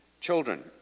children